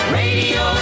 radio